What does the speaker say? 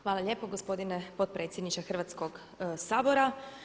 Hvala lijepo gospodine potpredsjedniče Hrvatskoga sabora.